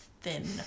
thin